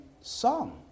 song